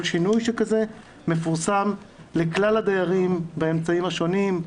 כל שינוי שכזה מפורסם לכלל הדיירים באמצעים השונים,